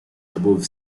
above